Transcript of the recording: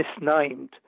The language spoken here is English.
misnamed